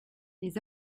les